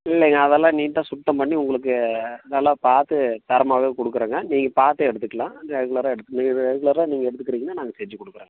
இல்லைங்க அதெல்லாம் நீட்டாக சுத்தம் பண்ணி உங்களுக்கு நல்லா பார்த்து தரமாகவே கொடுக்குறோங்க நீங்கள் பார்த்து எடுத்துக்கலாம் ரெகுலராக ரெகுலராக நீங்கள் எடுத்துக்குறீங்கன்னா நாங்கள் செஞ்சு கொடுக்கிறோங்க